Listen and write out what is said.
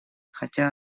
хотя